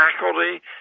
faculty